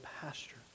pasture